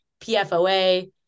PFOA